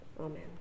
Amen